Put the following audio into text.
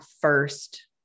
first